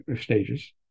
stages